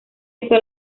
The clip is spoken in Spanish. esto